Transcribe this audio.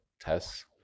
tests